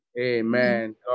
Amen